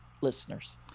listeners